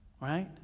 Right